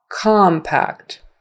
compact